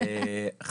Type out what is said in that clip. תודה.